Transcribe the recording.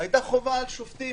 היתה חובה על שופטים: